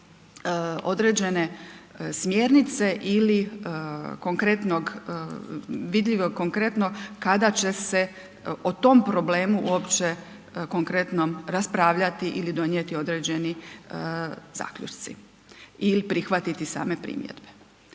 određen smjernice ili konkretnog vidljivo konkretno kada će se o tom problemu uopće konkretnom raspravljati ili donijeti određeni zaključci ili prihvatiti same primjedbe.